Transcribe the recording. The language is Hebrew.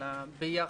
של הביחד,